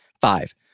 Five